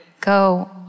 go